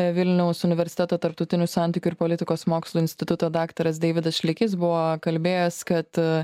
ė vilniaus universiteto tarptautinių santykių ir politikos mokslų instituto daktaras deividas šlekys buvo kalbėjęs kad a